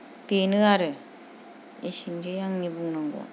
बेनो आरो एसेनोसै आंनि बुंनांगौआ